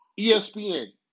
ESPN